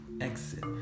Exit